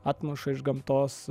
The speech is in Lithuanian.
atmuša iš gamtos